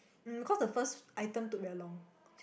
um cause the first item took very long